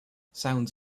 sounds